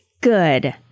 good